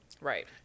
Right